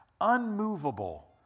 unmovable